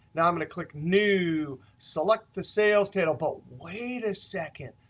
now i'm going to click new, select the sales table but wait a second.